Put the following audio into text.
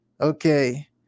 okay